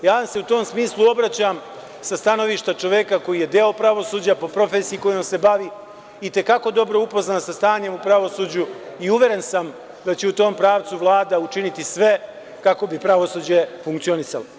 Obraćam vam se u tom smislu sa stanovišta čoveka koji je deo pravosuđa po profesiji kojom se bavi, i te kako upoznat sa stanjem u pravosuđu i uveren sam da će u tom pravcu Vlada učiniti sve kako bi pravosuđe funkcionisalo.